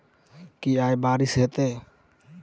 की आय बारिश हेतै?